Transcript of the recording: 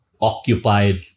occupied